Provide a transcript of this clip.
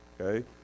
okay